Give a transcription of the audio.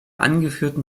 angeführten